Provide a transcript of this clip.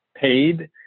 paid